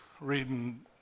reading